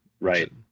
Right